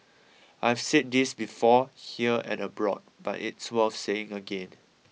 I have said this before here and abroad but it's worth saying again